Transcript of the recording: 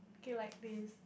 okay like this